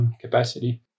capacity